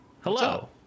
hello